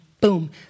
boom